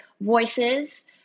voices